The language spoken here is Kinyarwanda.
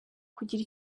kugira